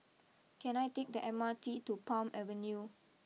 can I take the M R T to Palm Avenue